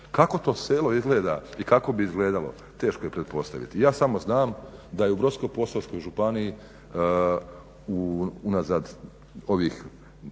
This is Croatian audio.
Kako to selo izgleda i kako bi izgledalo? Teško je pretpostaviti, ja samo znam da je u Brodsko-posavskoj županiji unazad